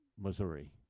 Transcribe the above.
Missouri